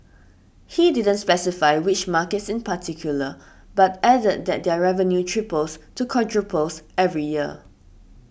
he didn't specify which markets in particular but added that their revenue triples to quadruples every year